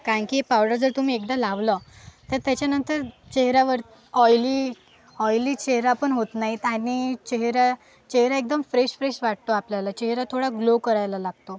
कारण की हे पावडर जर तुम्ही एकदा लावलं तर त्याच्यानंतर चेहरावर ऑईली ऑईली चेहरा पण होत नाही आणि चेहरा चेहरा एकदम फ्रेश फ्रेश वाटतो आपल्याला चेहरा थोडा ग्लो करायला लागतो